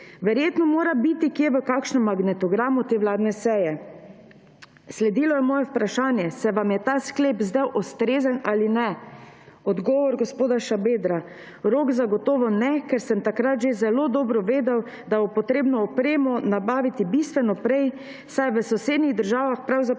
Verjetno mora biti kje v kakšnem magnetogramu te vladne seje.« sledilo je moje vprašanje: »Se vam je ta sklep zdel ustrezen ali ne?«. Odgovor gospoda Šabedra: »Rok zagotovo ne, ker sem takrat že zelo dobro vedel, da bo potrebno opremo nabaviti bistveno prej, saj je v sosednjih državah pravzaprav